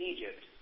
Egypt